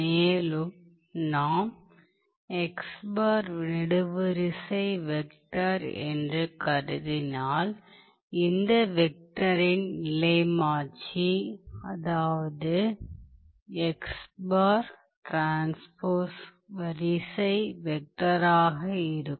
மேலும் நாம் நெடுவரிசை வெக்டர் என்று கருதினால் இந்த வெக்டரின் நிலைமாற்றி அதாவது வரிசை வெக்டராக இருக்கும்